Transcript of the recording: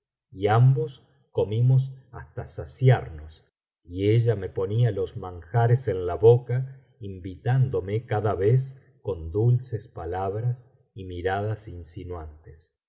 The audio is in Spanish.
y ambos comimos hasta saciarnos y ella me ponía los manjares en la boca invitándome cada vez con dulces palabras y miradas insinuantes